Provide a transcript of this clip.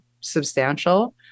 substantial